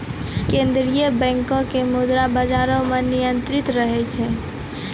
केन्द्रीय बैंको के मुद्रा बजारो मे नियंत्रण रहै छै